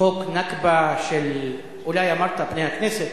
חוק הנכבה, אמרת פני הכנסת?